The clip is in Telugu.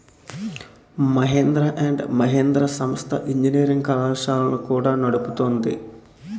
మహీంద్ర అండ్ మహీంద్ర సంస్థ ఇంజనీరింగ్ కళాశాలలను కూడా నడుపుతున్నాది